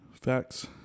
Facts